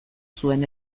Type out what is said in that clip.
zuen